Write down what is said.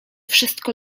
wszystko